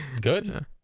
Good